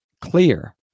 clear